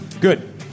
Good